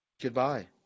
Goodbye